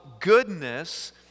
goodness